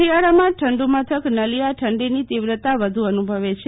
શિયાળામાં ઠંડુ મથક નળિયા ઠંડીની તીવ્રતા વધુ અનુભવે છે